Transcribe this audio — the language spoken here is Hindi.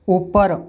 ऊपर